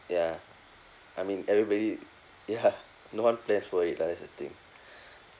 ya I mean everybody ya no one plan for it lah that's the thing